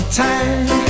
time